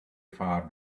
far